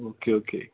okay okay